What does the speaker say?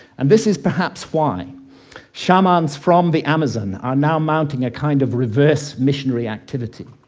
and this is perhaps why shamans from the amazon are now mounting a kind of reverse missionary activity.